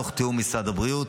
תוך תיאום עם משרד הבריאות.